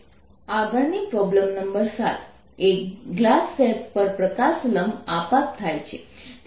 આગળની problem number 7 એ glass slab પર પ્રકાશ લંબ આપાત થાય છે